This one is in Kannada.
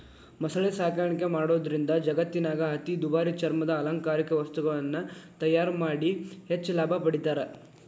ಮೊಸಳೆ ಸಾಕಾಣಿಕೆ ಮಾಡೋದ್ರಿಂದ ಜಗತ್ತಿನ್ಯಾಗ ಅತಿ ದುಬಾರಿ ಚರ್ಮದ ಅಲಂಕಾರಿಕ ವಸ್ತುಗಳನ್ನ ತಯಾರ್ ಮಾಡಿ ಹೆಚ್ಚ್ ಲಾಭ ಪಡಿತಾರ